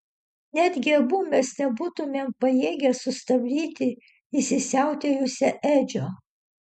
netgi abu mes nebūtumėm pajėgę sustabdyti įsisiautėjusio edžio